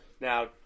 Now